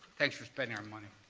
thanks for spending our money.